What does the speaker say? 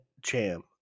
Jam